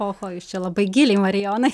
oho jūs čia labai giliai marijonai